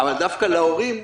אבל דווקא ההורים,